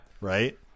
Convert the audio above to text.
Right